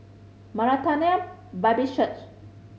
Maranatha Baptist Church